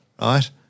right